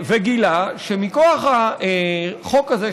וגילה שמכוח החוק הזה,